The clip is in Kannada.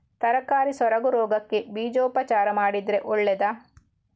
ತರಕಾರಿ ಸೊರಗು ರೋಗಕ್ಕೆ ಬೀಜೋಪಚಾರ ಮಾಡಿದ್ರೆ ಒಳ್ಳೆದಾ?